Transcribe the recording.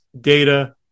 data